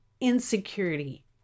insecurity